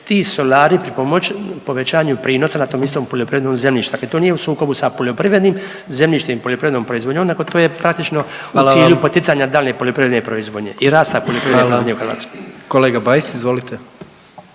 ti solari pripomoći povećanju prinosa na tom istom poljoprivrednom zemljištu, dakle to nije u sukobu sa poljoprivrednim zemljištem i poljoprivrednom proizvodnjom nego to je praktično u cilju poticanja daljnje poljoprivredne proizvodnje i rasta poljoprivrede u Hrvatskoj. **Jandroković,